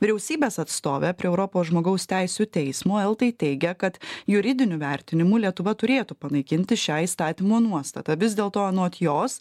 vyriausybės atstovė prie europos žmogaus teisių teismo eltai teigė kad juridiniu vertinimu lietuva turėtų panaikinti šią įstatymo nuostatą vis dėlto anot jos